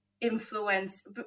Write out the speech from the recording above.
influence